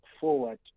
forward